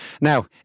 Now